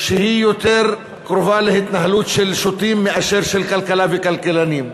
שהיא יותר קרובה להתנהלות של שוטים מאשר של כלכלה וכלכלנים.